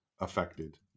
affected